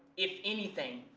if anything,